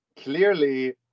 clearly